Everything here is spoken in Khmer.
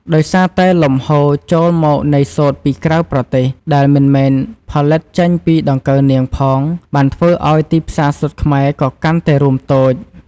ដោយសារតែលំហូរចូលមកនៃសូត្រពីប្រទេសក្រៅ ដែលមិនមែនផលិតចេញពីដង្កូវនាងផង បានធ្វើឲ្យទីផ្សារសូត្រខ្មែរក៏កាន់តែរួមតូច។